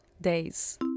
days